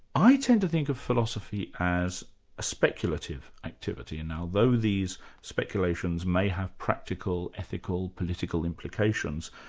i tend to think of philosophy as a speculative activity. and now though these speculations may have practical, ethical, political implications,